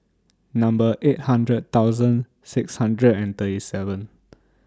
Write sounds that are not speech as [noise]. Number eight hundred thousand six hundred and thirty seven [noise]